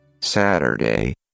Saturday